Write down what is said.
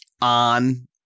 on